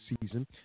season